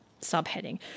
subheading